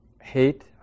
hate